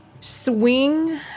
swing